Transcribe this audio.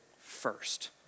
first